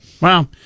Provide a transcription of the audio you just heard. Wow